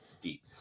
deep